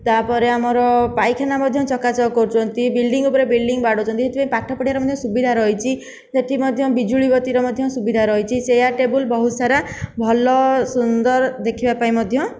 ତାପରେ ଆମର ପାଇଖାନା ମଧ୍ୟ ଚକାଚକ କରୁଛନ୍ତି ବିଲ୍ଡିଂ ଉପରେ ବିଲ୍ଡିଂ ବାଡ଼ାଉଛନ୍ତି ସେଥିପାଇଁ ପାଠ ପଢ଼ିବାର ସୁବିଧା ରହିଛି ସେଠି ମଧ୍ୟ ବିଜୁଳି ବତୀର ମଧ୍ୟ ସୁବିଧା ରହିଛି ଚେୟାର ଟେବୁଲ୍ ବହୁତ ସାରା ଭଲ ସୁନ୍ଦର ଦେଖିବାପାଇଁ ମଧ୍ୟ